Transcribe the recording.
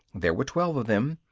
there were twelve of them,